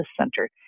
center